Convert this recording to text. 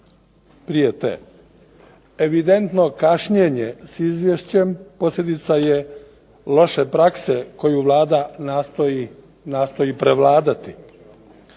prije te. Evidentno kašnjenje s izvješćem posljedica je loše prakse koju Vlada nastoji prevladati.